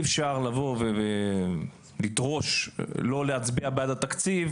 אפשר לבוא ולדרוש לא להצביע בעד התקציב,